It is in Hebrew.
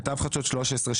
כתב חדשות 13,